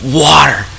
water